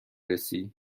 رسی